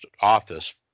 office